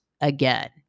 again